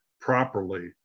properly